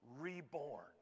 reborn